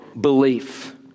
belief